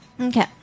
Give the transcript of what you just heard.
Okay